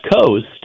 Coast